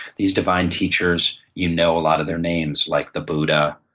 these divine teachers, you know a lot of their names, like the buddha,